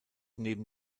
neben